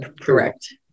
Correct